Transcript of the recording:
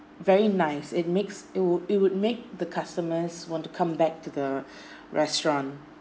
very nice it makes it would it would make the customers want to come back to the restaurant